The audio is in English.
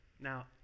Now